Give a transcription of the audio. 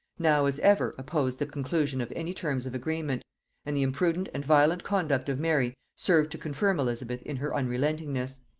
now, as ever, opposed the conclusion of any terms of agreement and the imprudent and violent conduct of mary served to confirm elizabeth in her unrelentingness.